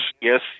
yes